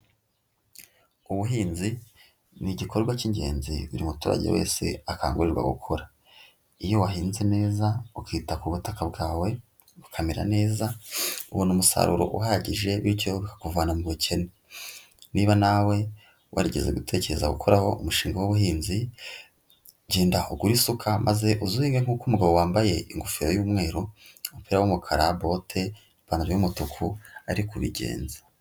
Ubuhinzi ni igikorwa cy'ingenzi buri muturage wese akangurirwa gukora. Iyo wahinze neza, ukita ku butaka bwawe, bukamera neza, ubona umusaruro uhagije bityo bikakuvana mu bukene. Niba nawe warigeze gutekereza gukoraho umushinga w'ubuhinzi, genda ugure isuka maze uze uhinge nkuko umugabo wambaye ingofero y'umweru, umupira w'umukara, bote, ipantaro y'umutuku ari kubigenza.